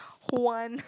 one